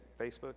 Facebook